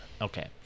Okay